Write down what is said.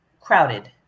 crowded